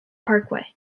parkway